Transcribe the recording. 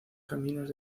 caminos